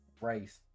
race